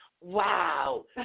wow